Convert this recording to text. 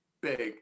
big